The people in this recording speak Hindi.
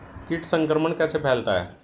कीट संक्रमण कैसे फैलता है?